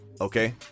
okay